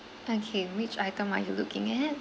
okay which item are you looking at